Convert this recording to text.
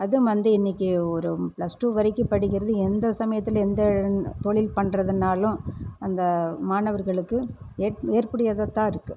அதுவும் வந்து இன்னிக்கு ஒரு ப்ளஸ் டூ வரைக்கும் படிக்கிறதுக்கு எந்த சமயத்திலையும் எந்த தொழில் பண்ணுறதுனாலும் அந்த மாணவர்களுக்கு ஏற்புடையைதாத்தான் இருக்குது